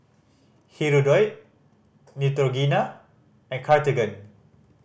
Hirudoid Neutrogena and Cartigain